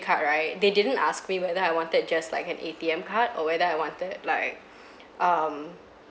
card right they didn't ask me whether I wanted just like an A_T_M card or whether I wanted like um